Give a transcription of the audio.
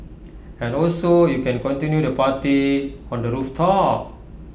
and also you can continue the party on the rooftop